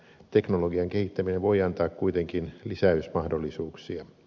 teknologian kehittäminen voi antaa kuitenkin lisäysmahdollisuuksia